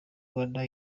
rwanda